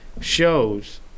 shows